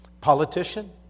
Politician